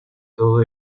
todo